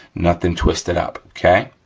nothing twisted up, okay?